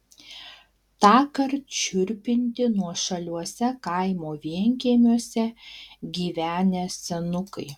tąkart šiurpinti nuošaliuose kaimo vienkiemiuose gyvenę senukai